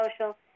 social